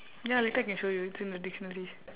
ya later I can show you it's in the dictionary